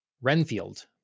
Renfield